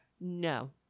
No